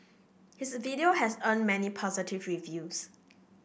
his video has earned many positive reviews